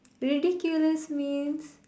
ridiculous means